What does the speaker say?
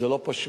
זה לא פשוט.